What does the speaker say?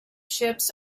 ships